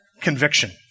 conviction